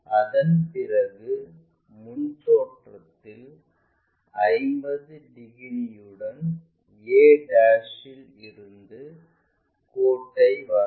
அதன் பிறகு முன் தோற்றத்தில் 50 டிகிரிகளுடன் a இல் இருந்து கோட்டை வரையவும்